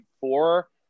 four